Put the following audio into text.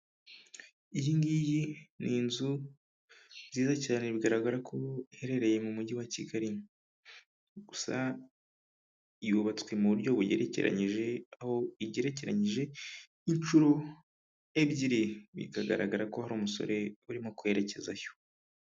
Iyi ngiyi ni inzu nziza cyane bigaragara ko ubu iherereye mu mujyi wa Kigali, gusa yubatswe mu buryo bugerekeyije aho igerekeranyije inshuro ebyiri bikagaragara ko hari umusore urimo kwerekezayo.